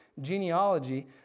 genealogy